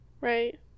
Right